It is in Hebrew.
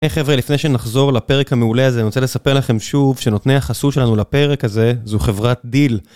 היי חבר'ה לפני שנחזור לפרק המעולה הזה אני רוצה לספר לכם שוב שנותני החסות שלנו לפרק הזה זו חברת דיל.